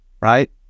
right